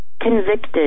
convicted